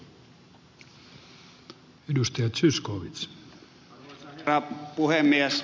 arvoisa herra puhemies